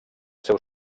seu